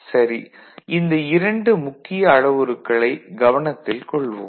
சரி இந்த இரண்டு முக்கிய அளவுருக்களைக் கவனத்தில் கொள்வோம்